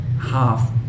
half